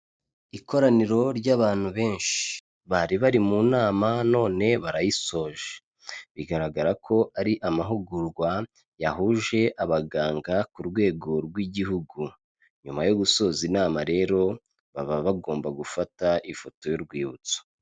Ikoraniro ry'abantu benshi, bari bari mu nama none barayisoje, bigaragara ko ari amahugurwa yahuje abaganga ku rwego rw'igihugu, nyuma yo gusoza inama rero baba bagomba gufata ifoto y'urwibutso.